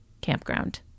campground